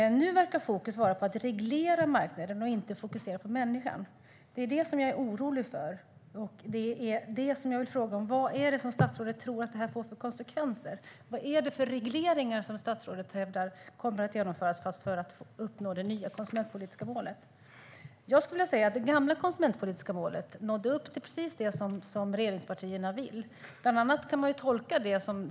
Nu verkar fokus vara på att reglera marknader och inte fokusera på människan. Det är det som jag är orolig för, så jag vill fråga: Vad tror statsrådet att det här får för konsekvenser? Vad är det för regleringar som statsrådet hävdar kommer att genomföras för att uppnå det nya konsumentpolitiska målet? Det gamla konsumentpolitiska målet nådde upp precis till det som regeringspartierna ville nå.